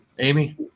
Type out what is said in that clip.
Amy